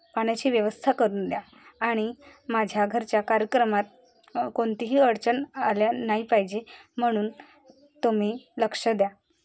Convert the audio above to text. पाण्याची व्यवस्था करून द्या आणि माझ्या घरच्या कार्यक्रमात कोणतीही अडचण आली नाही पाहिजे म्हणून तुम्ही लक्ष द्या